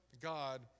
God